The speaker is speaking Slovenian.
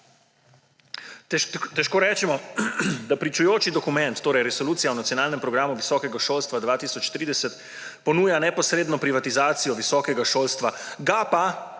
Težko rečemo, da pričujoči dokument, torej Predlog resolucija o Nacionalnem programu visokega šolstva 2030, ponuja neposredno privatizacijo visokega šolstva, ga pa